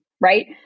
right